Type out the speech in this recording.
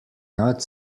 not